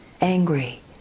angry